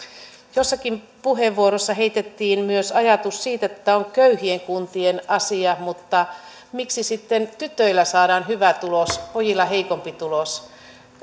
jossakin puheenvuorossa heitettiin myös ajatus siitä että tämä on köyhien kuntien asia mutta miksi sitten tytöillä saadaan hyvä tulos pojilla heikompi tulos